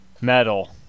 Metal